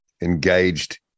engaged